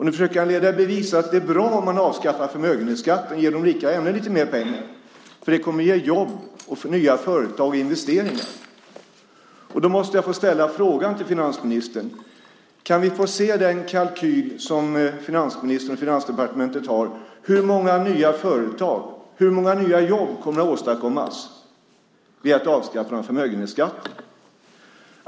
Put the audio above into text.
Nu försöker han leda i bevis att det är bra om man avskaffar förmögenhetsskatten och ger de rika ännu mer pengar eftersom det kommer att ge jobb och nya företag och investeringar. Jag måste få ställa en fråga till finansministern. Kan vi få se den kalkyl som finansministern och Finansdepartementet har över hur många nya företag och hur många nya jobb som kommer att åstadkommas genom avskaffandet av förmögenhetsskatten?